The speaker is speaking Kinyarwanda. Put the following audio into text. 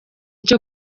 cyo